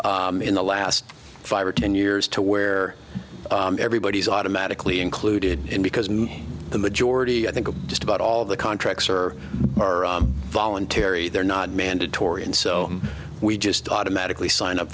in the last five or ten years to where everybody is automatically included in because the majority i think just about all the contracts are are voluntary they're not mandatory and so we just automatically sign up